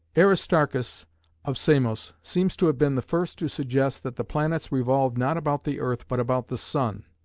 aristarchus of samos seems to have been the first to suggest that the planets revolved not about the earth but about the sun,